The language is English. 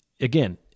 again